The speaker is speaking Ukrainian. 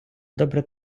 добре